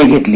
ने घेतली